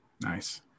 Nice